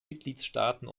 mitgliedstaaten